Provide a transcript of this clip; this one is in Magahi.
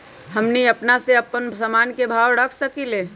हमनी अपना से अपना सामन के भाव न रख सकींले?